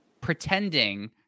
pretending